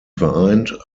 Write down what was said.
vereint